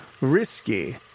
risky